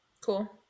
cool